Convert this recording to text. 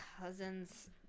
cousin's